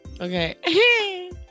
okay